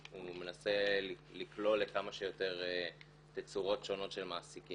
הוא מנסה לקלוע לכמה שיותר תצורות שונות של מעסיקים.